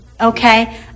okay